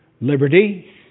Liberty